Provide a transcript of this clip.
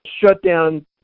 shutdown